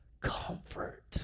comfort